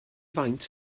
faint